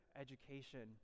education